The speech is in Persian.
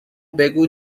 بگو